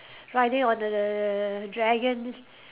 riding on a dragon